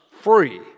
free